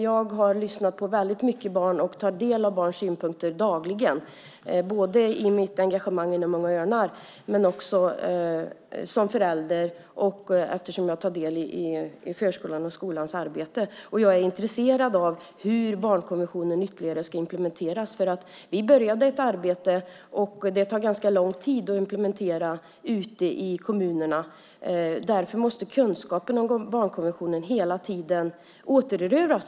Jag har lyssnat på väldigt många barn och tar del av barns synpunkter dagligen, både i mitt engagemang inom Unga Örnar och som förälder eftersom jag tar del i förskolans och skolans arbete. Jag är intresserad av hur barnkonventionen ytterligare ska implementeras. Vi påbörjade ett arbete, och det tar ganska lång tid att implementera ute i kommunerna. Därför tror jag att kunskapen om barnkonventionen hela tiden måste återerövras.